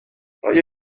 آیا